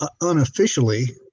unofficially